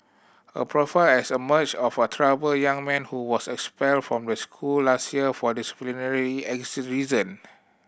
a profile has emerged of a troubled young man who was expelled from the school last year for the disciplinary reason